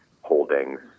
holdings